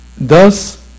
Thus